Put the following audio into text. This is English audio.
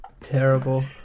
Terrible